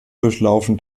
durchlaufen